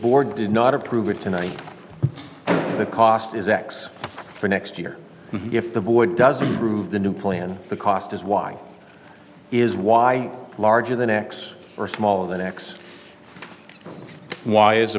board did not approve it tonight the cost is x for next year if the board doesn't prove the new plan the cost is why is why larger than x or smaller than x why is